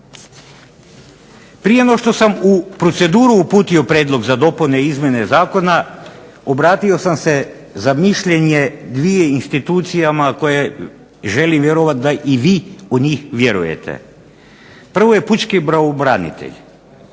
Prije nego što sam u proceduru uputio prijedlog za dopune i izmjene zakona, obratio sam se za mišljenje dvije institucijama koje, želim vjerovati da i vi u njih vjerujete. Prvo je Pučki pravobranitelj,